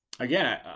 Again